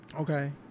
okay